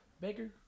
baker